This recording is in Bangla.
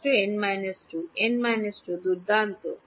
ছাত্র n - 2 n 2 দুর্দান্ত